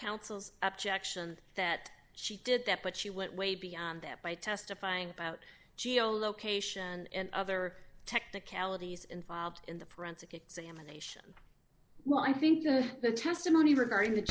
counsels objection that she did that but she went way beyond that by testifying about geo location and other technicalities involved in the forensic examination well i think the testimony regarding the